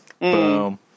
Boom